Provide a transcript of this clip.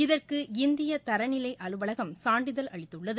இதற்கு இந்திய தரநிலை அலுவலகம் சான்றிதழ் அளித்துள்ளது